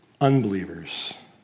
unbelievers